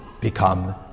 become